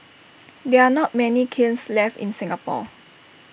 there are not many kilns left in Singapore